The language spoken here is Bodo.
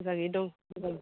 मोजाङैनो दं मोजां